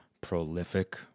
prolific